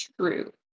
true